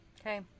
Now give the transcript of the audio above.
Okay